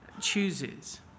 chooses